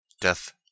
Death